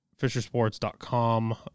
FisherSports.com